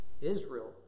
Israel